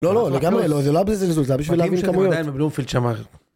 לא לא לגמרי לא זה לא היה בזלזול, זה היה בשביל להבין כמויות.